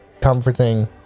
comforting